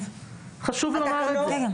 חשוב לומר את זה.